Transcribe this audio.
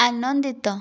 ଆନନ୍ଦିତ